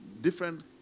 different